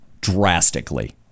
drastically